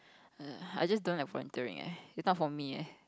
eh I just don't like volunteering eh is not for me eh